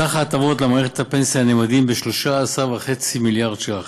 סך ההטבות למערכת הפנסיה נאמד ב-13.5 מיליארד ש"ח,